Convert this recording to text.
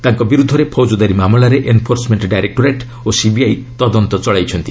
ତାଙ୍କ ବିରୁଦ୍ଧରେ ଫୌକଦାରୀ ମାମଲାରେ ଏନ୍ଫୋର୍ସମେଣ୍ଟ ଡାଇରେକ୍ଟୋରେଟ୍ ଓ ସିବିଆଇ ତଦନ୍ତ ଚଳାଇଛନ୍ତି